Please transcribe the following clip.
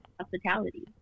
hospitality